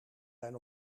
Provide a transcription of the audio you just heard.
zijn